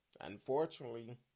Unfortunately